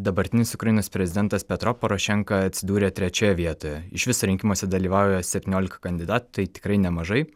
dabartinis ukrainos prezidentas petro porošenka atsidūrė trečioje vietoje išvis rinkimuose dalyvauja septyniolika kandidatų tai tikrai nemažai